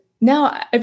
now